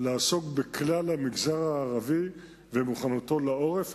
שתעסוק בכלל המגזר הערבי ומוכנותו בעורף.